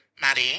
Maddie